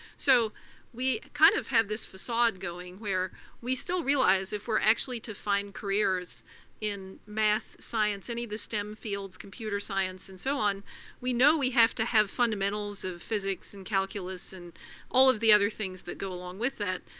so we kind of have this facade going where we still realize if we're actually to find careers in math, science, any the stem fields, computer science, and so on we know we have to have fundamentals of physics, and calculus, and all of the other things that go along with that,